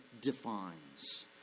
defines